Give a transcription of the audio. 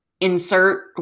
insert